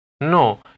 No